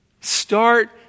Start